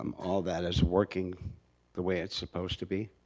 um all that is working the way it's supposed to be?